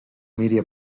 media